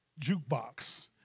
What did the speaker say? jukebox